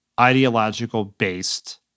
ideological-based